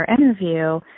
interview